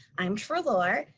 i'm treloar